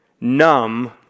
numb